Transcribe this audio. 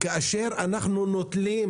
כאשר אנחנו נוטלים